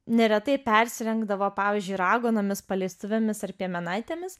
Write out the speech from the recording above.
neretai persirengdavo pavyzdžiui raganomis paleistuvėmis ar piemenaitėmis